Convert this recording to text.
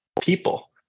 people